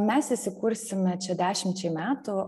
mes įsikursime čia dešimčiai metų